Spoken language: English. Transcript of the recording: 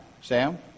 Sam